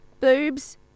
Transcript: boobs